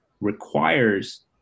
requires